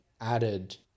added